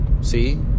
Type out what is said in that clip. See